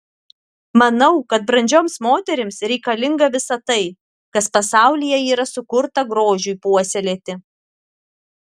manau kad brandžioms moterims reikalinga visa tai kas pasaulyje yra sukurta grožiui puoselėti